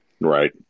Right